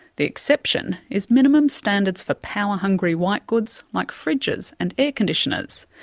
the exception is minimum standards for power-hungry whitegoods, like fridges and air conditioners,